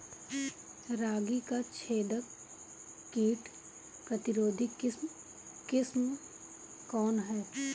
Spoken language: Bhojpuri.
रागी क छेदक किट प्रतिरोधी किस्म कौन ह?